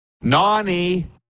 Nani